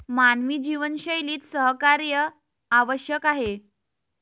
मानवी जीवनशैलीत सहकार्य आवश्यक आहे